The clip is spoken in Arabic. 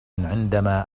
عندما